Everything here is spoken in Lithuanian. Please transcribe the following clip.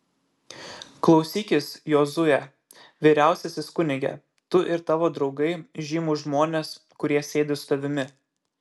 klausykis jozue vyriausiasis kunige tu ir tavo draugai žymūs žmonės kurie sėdi su tavimi